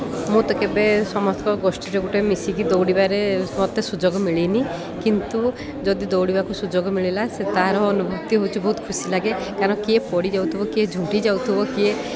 ମୁଁ ତ କେବେ ସମସ୍ତଙ୍କ ଗୋଷ୍ଠୀରେ ଗୋଟେ ମିଶିକି ଦୌଡ଼ିବାରେ ମୋତେ ସୁଯୋଗ ମିଳିନି କିନ୍ତୁ ଯଦି ଦୌଡ଼ିବାକୁ ସୁଯୋଗ ମିଳିଲା ସେ ତା'ର ଅନୁଭୂତି ହେଉଛି ବହୁତ ଖୁସି ଲାଗେ କାରଣ କିଏ ପଡ଼ି ଯାଉଥିବ କିଏ ଝୁଣ୍ଟି ଯାଉଥିବ କିଏ